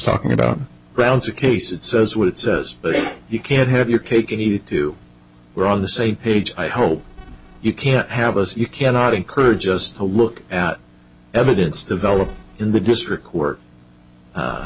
talking about brown's a case it says what it says you can't have your cake and eat to wear on the same page i hope you can have us you cannot encourage us to look at evidence developed in the district work